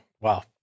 Wow